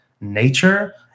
nature